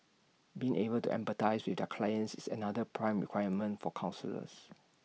being able to empathise with their clients is another prime requirement for counsellors